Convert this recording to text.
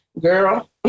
girl